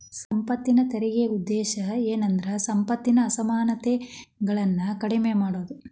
ಸಂಪತ್ತಿನ ತೆರಿಗೆ ಉದ್ದೇಶ ಏನಂದ್ರ ಸಂಪತ್ತಿನ ಅಸಮಾನತೆಗಳನ್ನ ಕಡಿಮೆ ಮಾಡುದು